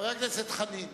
חבר הכנסת חנין,